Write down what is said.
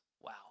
Wow